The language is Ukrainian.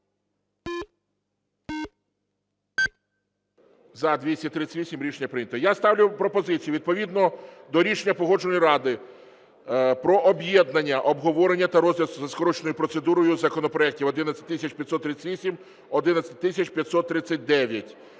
За-238 Рішення прийнято. Я ставлю пропозицію відповідно до рішення Погоджувальної ради про об'єднання обговорення та розгляду за скороченою процедурою законопроектів 11538, 11539.